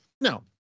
Now